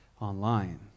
online